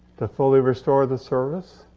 to fully restore the service.